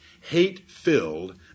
hate-filled